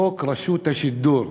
חוק רשות השידור,